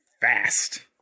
fast